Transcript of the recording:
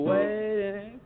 Waiting